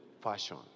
fashion